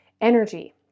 energy